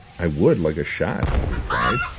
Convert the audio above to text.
i would, like a shot, he replied,